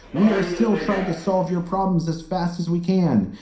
we are still trying to solve your problems as fast as we can.